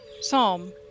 Psalm